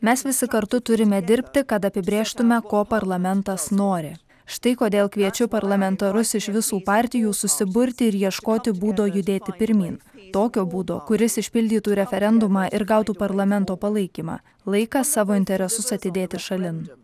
mes visi kartu turime dirbti kad apibrėžtume ko parlamentas nori štai kodėl kviečiu parlamentarus iš visų partijų susiburti ir ieškoti būdo judėti pirmyn tokio būdo kuris išpildytų referendumą ir gautų parlamento palaikymą laikas savo interesus atidėti šalin